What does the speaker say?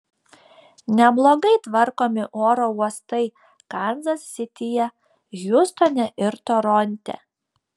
neblogai tvarkomi oro uostai kanzas sityje hjustone ir toronte